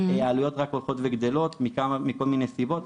העלויות רק הולכות וגדלות, מכל מיני סיבות.